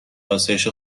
آسایش